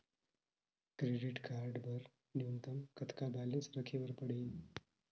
Credit card बर न्यूनतम कतका बैलेंस राखे बर पड़ही?